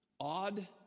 odd